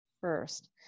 first